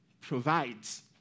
provides